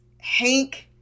hank